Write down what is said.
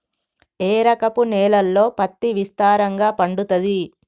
ఏ రకపు నేలల్లో పత్తి విస్తారంగా పండుతది?